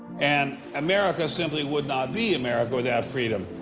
and america simply would not be america without freedom.